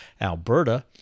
Alberta